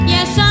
Yes